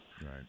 Right